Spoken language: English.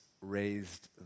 raised